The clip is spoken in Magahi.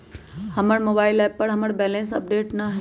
हमर मोबाइल एप पर हमर बैलेंस अपडेट न हई